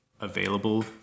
available